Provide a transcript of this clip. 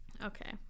okay